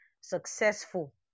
successful